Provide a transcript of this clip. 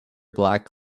black